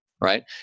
right